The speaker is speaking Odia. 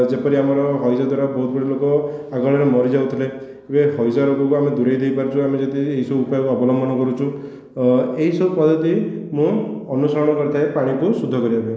ଯେପରି ଆମର ହଇଜା ଦ୍ୱାରା ବହୁତ ଗୁଡ଼ାଏ ଲୋକ ଆଗକାଳରେ ମରିଯାଉଥିଲେ ଏବେ ହଇଜା ରୋଗକୁ ଆମେ ଦୂରେଇ ଦେଇପାରିଛୁ ଆମେ ଯଦି ଏଇ ସବୁ ଉପାୟକୁ ଅବଲମ୍ବନ କରୁଛୁ ଏହି ସବୁ ପଦ୍ଧତି ମୁଁ ଅନୁସରଣ କରିଥାଏ ପାଣିକୁ ସୁଦ୍ଧ କରିବା ପାଇଁ